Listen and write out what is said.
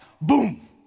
Boom